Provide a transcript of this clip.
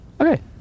Okay